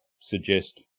suggest